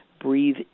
breathe